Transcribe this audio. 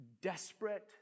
desperate